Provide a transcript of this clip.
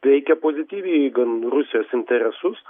veikia pozityviai gan rusijos interesus